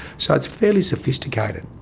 so it's fairly sophisticated.